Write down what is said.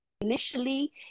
initially